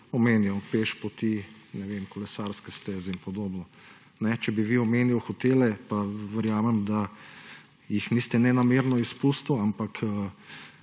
omenjali pešpoti, kolesarske steze in podobno. Če bi vi omenjali hotele, pa verjamem, da jih niste nenamerno izpustil, ampak